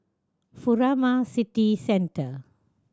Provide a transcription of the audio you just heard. Furama City Centre